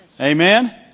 Amen